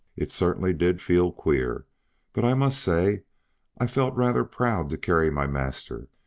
it certainly did feel queer but i must say i felt rather proud to carry my master,